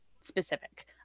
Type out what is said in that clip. specific